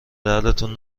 دردتون